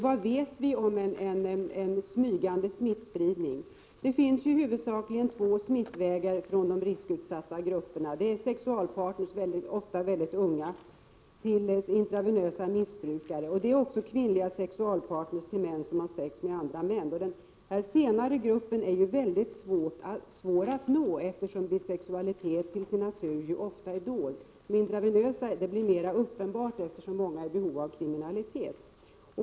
Vad vet vi om en smygande smittspridning? Det finns huvudsakligen två smittvägar från de riskutsatta grupperna. Det är sexualpartner, ofta väldigt unga, till personer med intravenöst missbruk. Det är också kvinnliga sexualpartner till män som har sex med andra män. Den senare gruppen är mycket svår att nå, eftersom bisexualitet till sin natur ofta är dold. Vilka som missbrukar narkotika intravenöst blir mer uppenbart, eftersom många av dem drivs till kriminalitet.